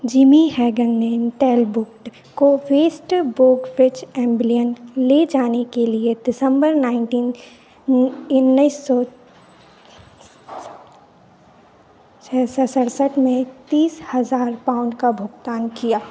Jimmy Hagan ने Talbot को West Bromwich Albion ले जाने के लिए दिसंबर नाइनटीन उन्नीस सौ छेस सरसठ में तीस हज़ार पाउंड का भुगतान किया